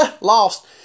lost